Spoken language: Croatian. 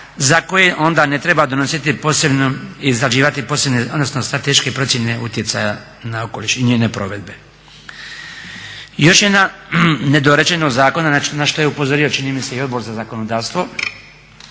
za koje onda ne treba donositi posebnu, izrađivati strateške procjene utjecaja na okoliš i njene provedbe. Još jedna nedorečenost zakona na što je upozorio čini mi se i Odbor za zakonodavstvo,